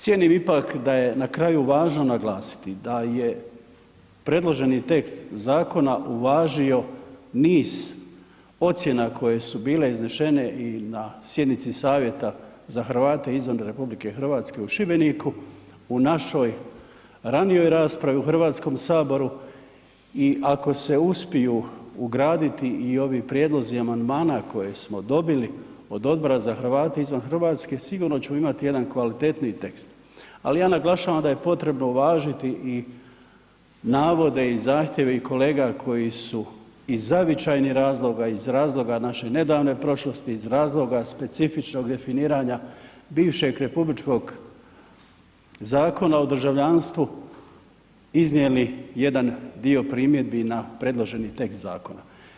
Cijenim ipak da je na kraju važno naglasiti, da je predloženi tekst zakona uvažio niz ocjena koje su bile iznešene i na sjednici savjeta za Hrvate izvan RH u Šibeniku u našoj ranijoj raspravi u Hrvatskom saboru i ako se uspiju ugraditi i ovi prijedlozi amandmana koje smo dobili od Odbora za Hrvate izvan Hrvatske sigurno ćemo imati jedan kvalitetniji tekst, ali ja naglašavam da je potrebno uvažiti i navode i zahtjeve i kolega koji su iz zavičajnih razloga, iz razloga naše nedavne prošlosti, iz razloga specifičnog definiranja bivšeg Republičkog zakona o državljanstvu iznijeli jedan dio primjedbi na predloženi tekst zakona.